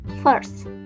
First